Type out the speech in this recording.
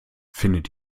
findet